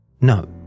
No